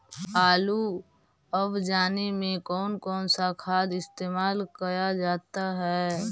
आलू अब जाने में कौन कौन सा खाद इस्तेमाल क्या जाता है?